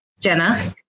Jenna